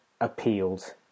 appealed